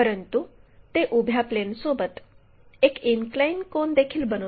परंतु ते उभ्या प्लेनसोबत एक इनक्लाइन कोनदेखील बनवते